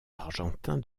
argentin